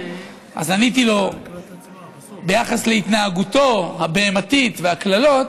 אז עניתי לו ביחס להתנהגותו הבהמתית והקללות,